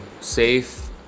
safe